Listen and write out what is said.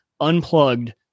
unplugged